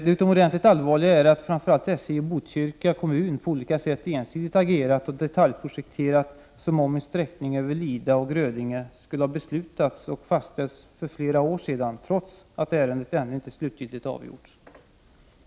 Det utomordentligt allvarliga är att framför allt SJ och Botkyrka kommun på olika sätt ensidigt agerat och detaljprojekterat som om en sträckning över Lida och Grödinge skulle ha beslutats och fastställts för flera år sedan, trots att ärendet ännu inte slutgiltigt avgjorts!